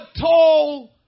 told